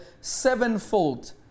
sevenfold